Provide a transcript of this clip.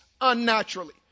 unnaturally